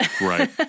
right